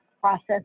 process